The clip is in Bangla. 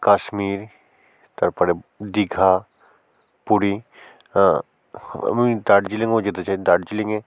কাশ্মীর তার পরে দীঘা পুরী আমি দার্জিলিংও যেতে চাই দার্জিলিংয়ে